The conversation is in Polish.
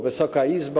Wysoka Izbo!